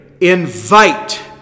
invite